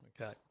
Okay